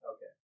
Okay